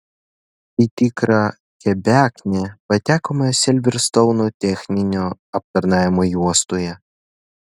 į tikrą kebeknę patekome silverstouno techninio aptarnavimo juostoje